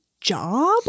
job